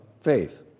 faith